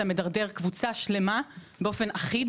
כי אתה מדרדר קבוצה שלמה באופן אחיד